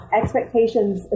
expectations